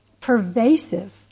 pervasive